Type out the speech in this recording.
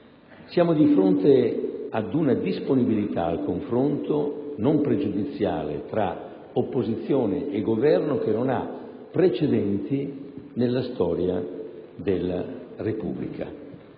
Siamo di fronte ad una disponibilità al confronto non pregiudiziale tra opposizione e Governo che non ha precedenti nella storia della Repubblica.